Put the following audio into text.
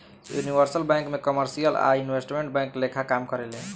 universal bank भी commercial आ investment bank लेखा काम करेले